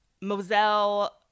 moselle